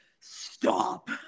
stop